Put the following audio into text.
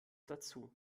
dazu